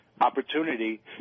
opportunity